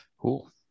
Cool